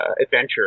adventure